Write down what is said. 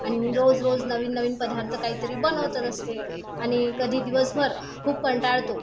आणि मी रोजरोज नवीननवीन पदार्थ काहीतरी बनवतच असते आणि कधी दिवसभर खूप कंटाळतो